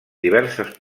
diverses